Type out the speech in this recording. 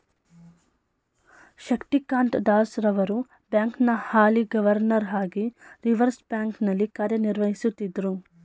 ಶಕ್ತಿಕಾಂತ್ ದಾಸ್ ರವರು ಬ್ಯಾಂಕ್ನ ಹಾಲಿ ಗವರ್ನರ್ ಹಾಗಿ ರಿವರ್ಸ್ ಬ್ಯಾಂಕ್ ನಲ್ಲಿ ಕಾರ್ಯನಿರ್ವಹಿಸುತ್ತಿದ್ದ್ರು